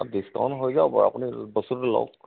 অঁ ডিছকাউণ্ট হৈ যাব বাৰু আপুনি বস্তুটো লওক